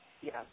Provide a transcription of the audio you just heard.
Yes